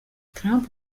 trump